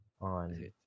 on